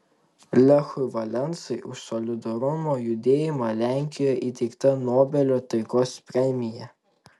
lechui valensai už solidarumo judėjimą lenkijoje įteikta nobelio taikos premija